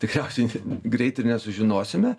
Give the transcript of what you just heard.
tikriausiai greit ir nesužinosime